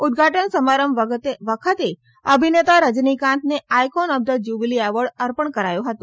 ઉદઘાટન સમારંભ વખતે અભિનેતા રજનીકાંતને icon of the jubilee award અર્પણ કરાયો હતો